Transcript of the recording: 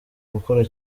gukora